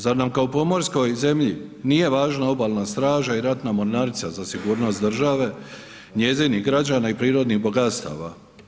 Zar nam kao pomorskoj zemlji nije važna obalna straža i ratna mornarica za sigurnost države, njezinih građana i prirodnih bogatstava.